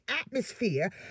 atmosphere